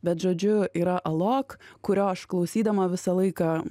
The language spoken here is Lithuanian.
bet žodžiu yra alok kurio aš klausydama visą laiką